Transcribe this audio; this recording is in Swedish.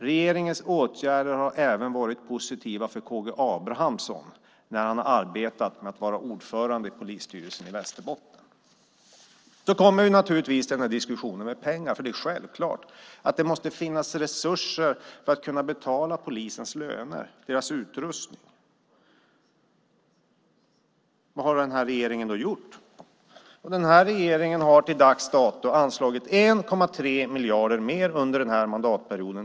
Regeringens åtgärder har alltså varit positiva även för K G Abramsson när han arbetat som ordförande i polisstyrelsen i Västerbotten. Sedan har vi naturligtvis diskussionen om pengar. Självklart måste det finnas resurser för att kunna betala polisens löner och utrustning. Vad har den nuvarande regeringen då gjort? Jo, den nuvarande regeringen har till dags dato anslagit 1,3 miljarder mer till polisen under denna mandatperiod.